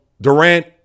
Durant